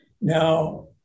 now